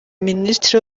minisitiri